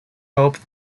hoped